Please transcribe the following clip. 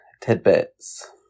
tidbits